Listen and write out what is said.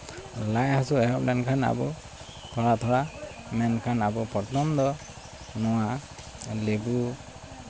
ᱞᱟᱡ ᱦᱟᱹᱥᱩ ᱮᱦᱚᱵ ᱞᱮᱱᱠᱷᱟᱱ ᱟᱵᱚ ᱛᱷᱚᱲᱟ ᱛᱷᱚᱲᱟ ᱢᱮᱱᱠᱷᱟᱱ ᱟᱵᱚ ᱯᱨᱚᱛᱷᱚᱢ ᱫᱚ ᱱᱚᱣᱟ ᱞᱮᱵᱩ